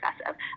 excessive